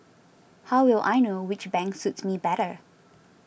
how will I know which bank suits me better